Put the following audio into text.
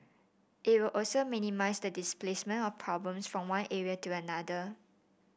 it will also minimise the displacement of problems from one area to another